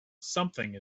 something